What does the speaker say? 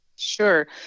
Sure